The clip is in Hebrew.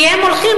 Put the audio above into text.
כי הם הולכים